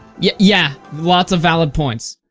yeah yeah, lots of valid points.